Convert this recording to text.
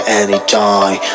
anytime